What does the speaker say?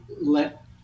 let